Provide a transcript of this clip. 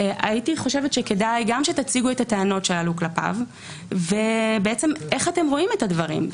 כדאי שגם תציגו את הטענות שעלו כלפיו וגם איך אתם רואים את הדברים?